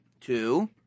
Two